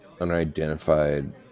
unidentified